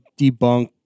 debunk